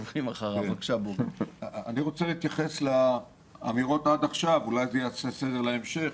אני רוצה להתייחס לאמירות עד עכשיו ואולי זה יעשה סדר להמשך,